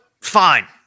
fine